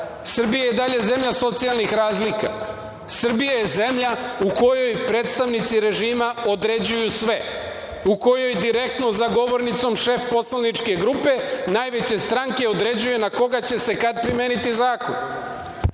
Srbija je i dalje zemlja socijalnih razlika. Srbija je zemlja u kojoj predstavnici režima određuju sve, u kojoj direktno za govornicom šef poslaničke grupe najveće stranke određuje na koga će se kad primeniti zakon.